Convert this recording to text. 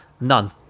None